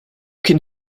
can